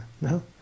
No